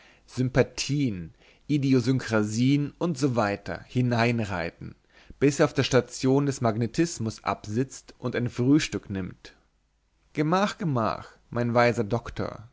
sympathien idiosynkrasien usw hineinreiten bis er auf der station des magnetismus absitzt und ein frühstück nimmt gemach gemach mein weiser doktor